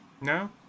No